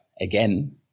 again